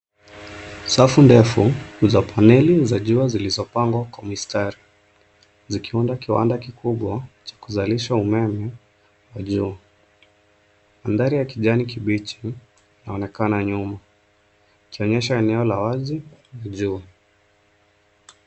Safu ndefu za paneli za jua zilizopangwa kwa mistari zikiunda kiwanda kikubwa cha kuzalisha umeme juu, madhari ya kijani kibichi yanaonekana nyuma yakionyesha eneo la wazi juu.